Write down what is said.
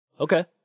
Okay